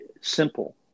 simple